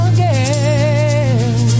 Again